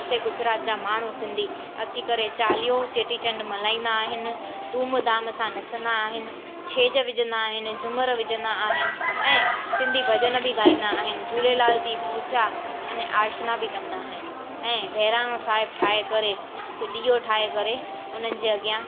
हुते गुजरात जा माण्हू सिंधी अची करे चालीहो चेटीचंड मल्हाईंदा आहिनि धूमधाम सां नचंदा आहिनि छेज विझंदा आहिनि झूमर विझंदा आहिनि ऐं सिंधी भॼन बि गाईंदा आहिनि झूलेलाल जी पूॼा अने आर्चना बि कंदा आहिनि ऐं बहिराणो साहिब ठाहे करे हिकु ॾीओ ठाहे करे उन्हनि जे अॻियां